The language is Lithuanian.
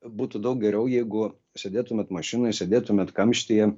būtų daug geriau jeigu sėdėtumėt mašinoj sėdėtumėt kamštyje